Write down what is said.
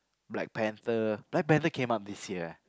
Black-Panther Black-Panther came out this year eh